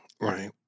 Right